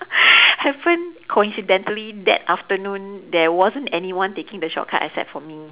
haven't coincidentally that afternoon there wasn't anyone taking the shortcut except for me